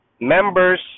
members